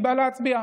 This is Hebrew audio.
היא באה להצביע.